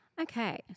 Okay